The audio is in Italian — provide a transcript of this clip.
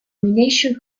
nomination